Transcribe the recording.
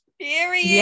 Period